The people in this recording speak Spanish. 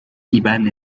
iván